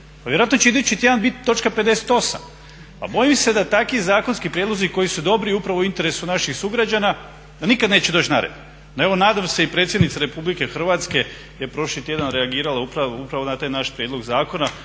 vjerojatno će idući tjedan biti točka 58. Pa bojim se da takvi zakonski prijedlozi koji su dobri upravo u interesu naših sugrađana da nikad neće doći na red. Evo nadam se i predsjednica Republike Hrvatske je prošli tjedan reagirala upravo na taj naš prijedlog zakona